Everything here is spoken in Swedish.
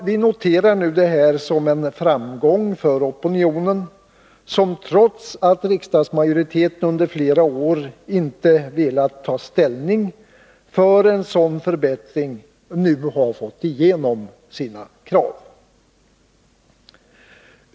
Vi noterar detta som en framgång för opinionen, som — trots att riksdagsmajoriteten under flera år inte velat ta ställning för en sådan förbättring — nu har fått igenom sina krav.